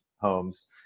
homes